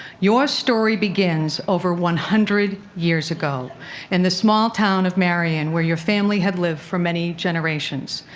your story begins over one hundred years ago in the small town of marion where your family had lived for many generations.